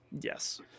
yes